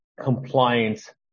compliance